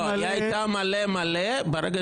היא הייתה מלא, מלא.